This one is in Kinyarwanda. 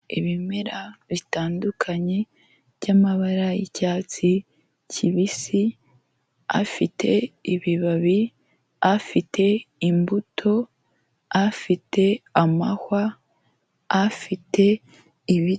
Ibimera bitandukanye by'amabara y'icyatsi kibisi, afite ibibabi, afite imbuto, afite amahwa, afite ibiti.